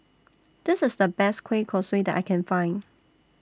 This IS The Best Kueh Kosui that I Can Find